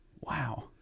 Wow